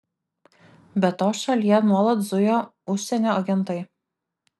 be to šalyje nuolat zujo užsienio agentai